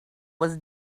was